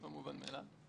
זה לא מובן מאליו.